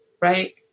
Right